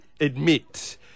admit